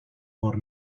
por